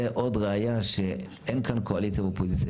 זה עוד ראיה שאין כאן קואליציה ואופוזיציה,